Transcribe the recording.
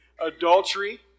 Adultery